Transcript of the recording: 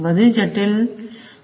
વધેલી જટિલતા એકદમ સ્પષ્ટ છે